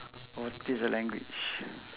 or teach the language